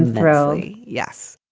really? yes